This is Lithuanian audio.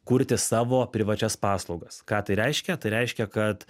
kurti savo privačias paslaugas ką tai reiškia tai reiškia kad